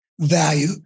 value